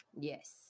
Yes